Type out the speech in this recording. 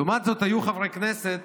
לעומת זאת היו חברי כנסת